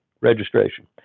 registration